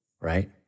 right